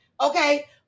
Okay